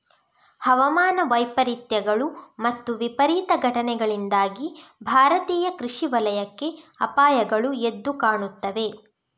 ಹವಾಮಾನ ವೈಪರೀತ್ಯಗಳು ಮತ್ತು ವಿಪರೀತ ಘಟನೆಗಳಿಂದಾಗಿ ಭಾರತೀಯ ಕೃಷಿ ವಲಯಕ್ಕೆ ಅಪಾಯಗಳು ಎದ್ದು ಕಾಣುತ್ತವೆ